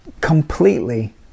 completely